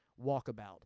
Walkabout